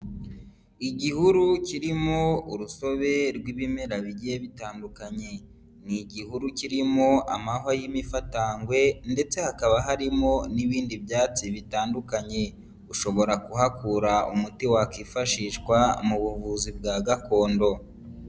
Igihuru kirimo urusobe rw'ibimera bigiye bitandukanye. Ni igihuru kirimo amahwa y'imifatangwe ndetse hakaba harimo n'ibindi byatsi bitandukanye. Ushobora kuhakura umuti wakifashishwa mu buvuzi bwa gakondo.